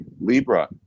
Libra